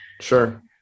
Sure